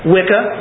Wicca